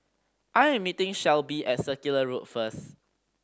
I am meeting Shelbie at Circular Road first